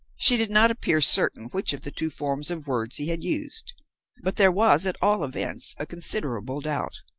she did not appear certain which of the two forms of words he had used but there was, at all events, a considerable doubt.